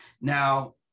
Now